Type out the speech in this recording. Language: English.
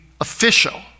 official